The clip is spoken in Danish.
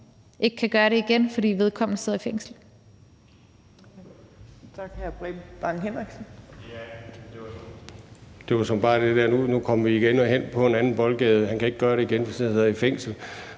ikke kan gøre det igen, fordi vedkommende sidder i fængsel.